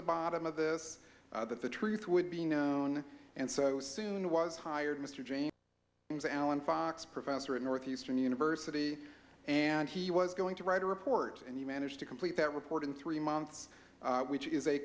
the bottom of this that the truth would be known and so soon was hired mr james alan fox professor at northeastern university and he was going to write a report and he managed to complete that report in three months which is a